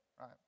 right